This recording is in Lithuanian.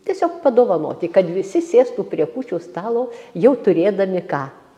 tiesiog padovanoti kad visi sėstų prie kūčių stalo jau turėdami ką